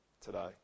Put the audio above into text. today